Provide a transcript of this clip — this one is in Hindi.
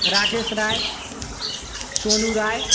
राकेश राय सोनू राय